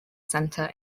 center